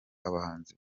abahinzi